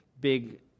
big